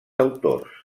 autors